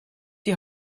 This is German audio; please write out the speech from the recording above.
die